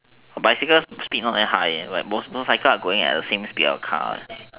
bicycle speed not that high motorcycle are going same speed of a car